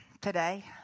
today